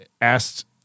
asked